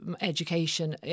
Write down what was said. education